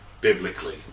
biblically